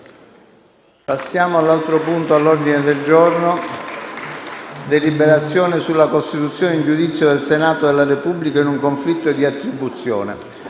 finestra"). L'ordine del giorno reca la deliberazione sulla costituzione in giudizio del Senato della Repubblica in un conflitto di attribuzione.